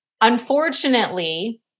Unfortunately